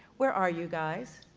where are you guys?